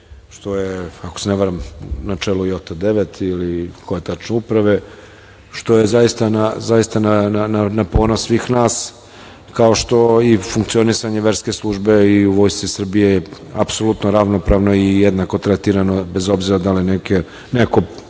što je ako se ne varam, ne znam koje tačno uprave, što je zaista na ponos svih nas, kao što i funkcionisanje verske službe i u Vojsci Srbije apsolutno ravnopravno i jednako tretirano bez obzira da li je